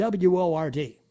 WORD